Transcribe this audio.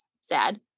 sad